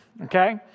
okay